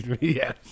Yes